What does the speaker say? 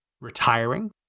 retiring